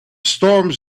storms